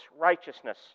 righteousness